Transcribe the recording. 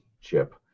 chip